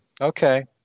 Okay